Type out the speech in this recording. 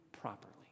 properly